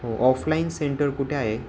हो offline centre कुठे आहे